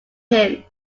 him